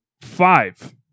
five